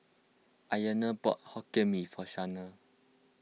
Iona bought Hokkien Mee for Shanae